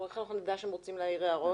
איך נדע שהם רוצים להעיר הערות?